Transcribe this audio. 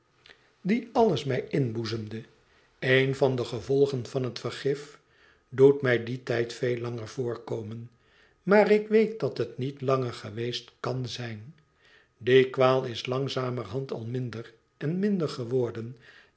die alles mij inboezemde een van de gevolgen van het vergif doet mij dien tijd veel langer voorkomen maar ik weet dat het niet langer geweest kan zijn die kwaal is langzamerhand al minder en minder geworden